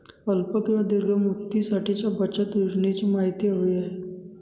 अल्प किंवा दीर्घ मुदतीसाठीच्या बचत योजनेची माहिती हवी आहे